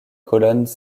colonnes